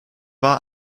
war